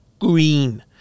green